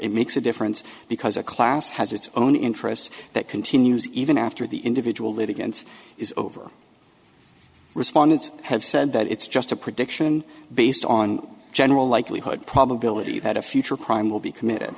it makes a difference because a class has its own interests that continues even after the individual litigants is over respondents have said that it's just a prediction based on general likelihood probability that a future crime will be committed